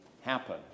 happen